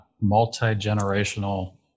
multi-generational